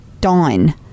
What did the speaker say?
Dawn